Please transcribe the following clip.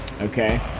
Okay